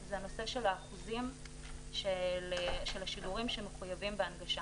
זה הנושא של אחוז השידורים שמחויבים בהנגשה.